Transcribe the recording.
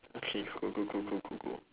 okay go go go go go go